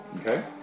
Okay